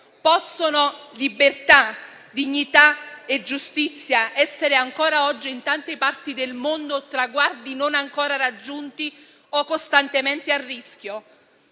Possono libertà, dignità e giustizia essere ancora oggi, in tante parti del mondo, traguardi non ancora raggiunti o costantemente a rischio?